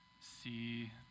see